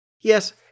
Yes